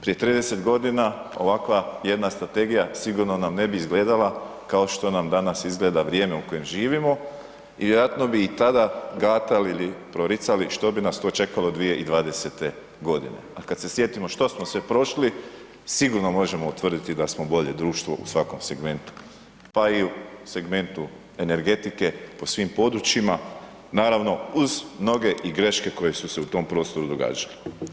Prije 30 g. ovakva jedna strategija sigurno nam ne bi izgledala kao što nam danas izgleda vrijeme u kojem živimo, vjerojatno bi i tada gatali ili proricali što bi nas to čekalo 2020. g. a kad se sjetimo što smo sve prošli, sigurno možemo utvrditi da smo bolje društvo u svakom segmentu pa i u segmentu energetike po svim područjima, naravno uz mnoge i greške koje su se u tom prostoru događale.